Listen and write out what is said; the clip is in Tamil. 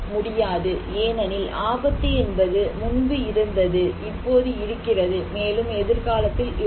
முடியாது ஏனெனில் ஆபத்து என்பது முன்பு இருந்தது இப்போது இருக்கிறது மேலும் எதிர்காலத்தில் இருக்கும்